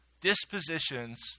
dispositions